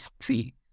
see